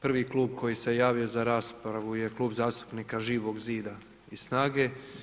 Prvi klub koji se javio za raspravu je Klub zastupnika Živog zida i SNAGA-e.